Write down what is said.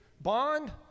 bond